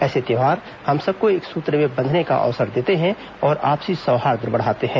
ऐसे त्यौहार हम सबको एक सूत्र में बंधने का अवसर देते हैं हमारी आस्था और और आपसी सौहार्द्र बढ़ाते हैं